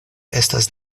estas